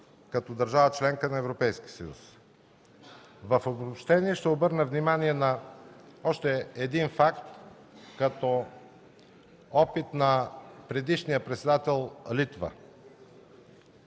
като държава – членка на Европейския съюз. В обобщение ще обърна внимание на още един факт като опит на предишния председател – Литва.